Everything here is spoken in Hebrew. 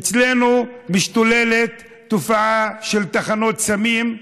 אצלנו משתוללת תופעה של תחנות סמים.